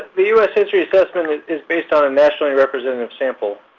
the u s. history assessment is is based on a nationally-representative sample,